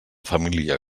família